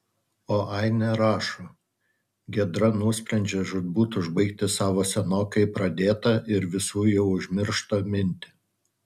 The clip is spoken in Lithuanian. o ainė rašo giedra nusprendžia žūtbūt užbaigti savo senokai pradėtą ir visų jau užmirštą mintį